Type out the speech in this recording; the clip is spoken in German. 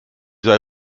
sei